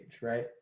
right